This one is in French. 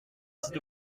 cet